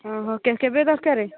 ହଁ ହଁ କେବେ ଦରକାରେ